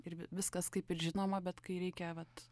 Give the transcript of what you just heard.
ir vi viskas kaip ir žinoma bet kai reikia vat